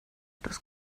das